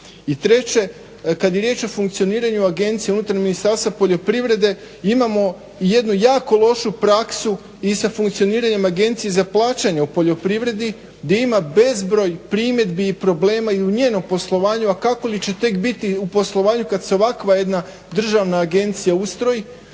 I treće kad je riječ o funkcioniranju agencije unutarnjeg Ministarstva poljoprivrede imamo jednu jako lošu praksu i sa funkcioniranjem agencije za plaćanje u poljoprivredi gdje ima bezbroj primjedbi i u njenom poslovanju a kako li će tek biti u poslovanju kad se ovakva jedna državna agencija ustroji.